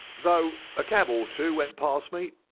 though a cab or two went past me.